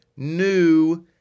New